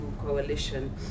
coalition